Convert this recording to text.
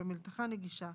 במלתחה נגישה,